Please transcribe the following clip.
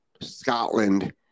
Scotland